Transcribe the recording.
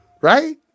Right